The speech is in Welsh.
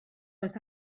oes